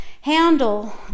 handle